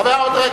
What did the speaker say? כבוד השר,